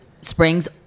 Springs